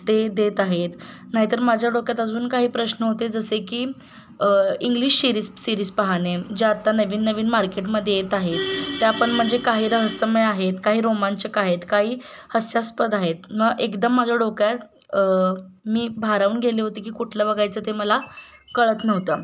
ते देत आहेत नाही तर माझ्या डोक्यात अजून काही प्रश्न होते जसे की इंग्लिश शिरीज सिरीज पाहणे ज्या आत्ता नवीन नवीन मार्केटमध्ये येत आहेत त्या पण म्हणजे काही रहस्यमय आहेत काही रोमांचक आहेत काही हास्यास्पद आहेत मग एकदम माझ्या डोक्यात मी भारावून गेले होती की कुठल्या बघायचं ते मला कळत नव्हतं